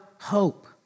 hope